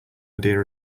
idea